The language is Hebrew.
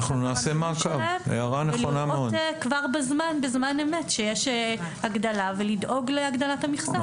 לראות בזמן אמת שיש הגדלה ולדאוג להגדלת מהכסות.